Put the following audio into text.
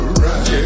right